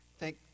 Thank